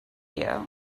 you